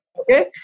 Okay